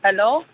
hello